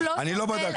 אני לא בדקתי את זה.